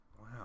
Wow